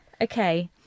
Okay